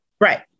Right